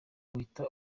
uhita